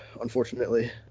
unfortunately